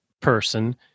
person